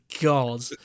god